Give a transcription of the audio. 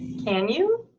can you?